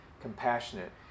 compassionate